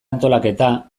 antolaketa